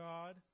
God